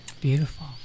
beautiful